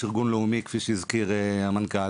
יש ארגון לאומי כפי שהזכיר המנכ"ל,